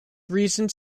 reasons